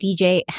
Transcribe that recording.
DJ